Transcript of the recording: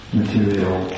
material